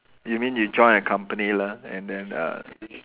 you mean you join a company lah and then uh